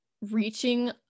reaching